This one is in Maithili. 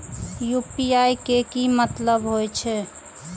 यू.पी.आई के की मतलब हे छे?